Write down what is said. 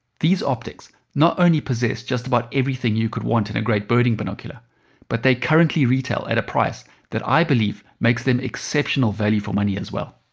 these optics not only posses just about everything you could want in a great birding binocular but they currently retail at a price that i believe makes them exceptional value for money as well.